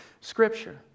Scripture